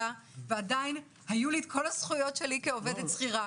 ועדיין היו לי את כל הזכויות שלי כעובדת שכירה